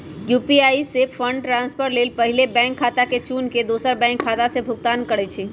UPI से fund transfer लेल पहिले बैंक खता के चुन के दोसर बैंक खता से भुगतान करइ छइ